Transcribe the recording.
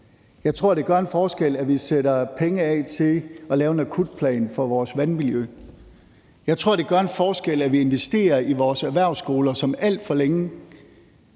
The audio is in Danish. Jeg tror, det gør en forskel, at vi sætter penge af til at lave en akutplan for vores vandmiljø. Jeg tror, det gør en forskel, at vi investerer i vores erhvervsskoler, som alt for længe